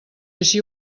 així